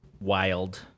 Wild